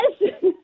Yes